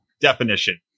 definition